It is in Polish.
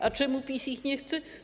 A czemu PiS ich nie chce?